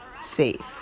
safe